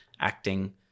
acting